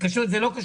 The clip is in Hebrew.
בסדר גמור.